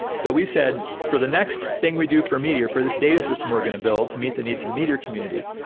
so we said for the next thing we do for meteor, for this data system we're going to build to meet the needs of the meteor community,